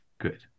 good